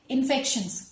Infections